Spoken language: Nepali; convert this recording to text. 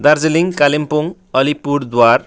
दार्जिलिङ कालिम्पोङ अलिपुरद्वार